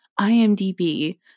IMDb